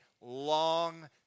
long